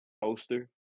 poster